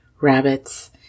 rabbits